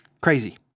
Crazy